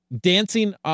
dancing